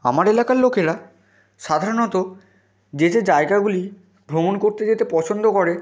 আমার এলাকার লোকেরা সাধারণত যে যে জায়গাগুলি ভ্রমণ করতে যেতে পছন্দ করে